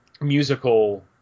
musical